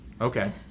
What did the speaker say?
Okay